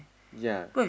ya